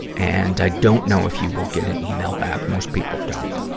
and, i don't know if you will get an email back most people don't.